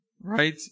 Right